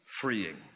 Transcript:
freeing